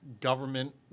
government